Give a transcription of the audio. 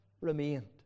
remained